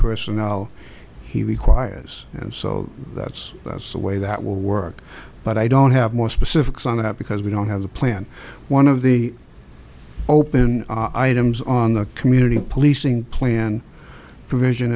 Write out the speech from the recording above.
personnel he requires so that's the way that will work but i don't have more specifics on that because we don't have the plan one of the open items on the community policing plan provision